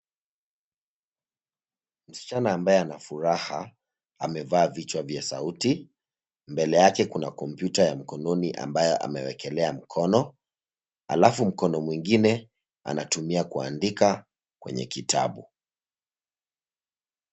Msichana ambaye ana furaha, amevaa vichwa vya sauti. Mbele yake kuna kompyuta ya mkononi ambayo amewekelea mkono, halafu mkono mwingine anatumia kuandika kwenye kitabu.